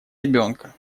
ребёнка